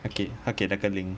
他给他给那个 link